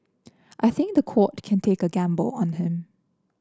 I think the court can take a gamble on him